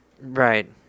Right